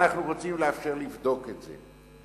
אנחנו רוצים לאפשר לבדוק את זה.